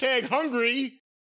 hungry